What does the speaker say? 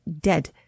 dead